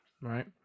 right